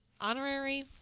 honorary